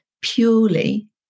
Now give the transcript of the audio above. purely